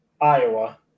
Iowa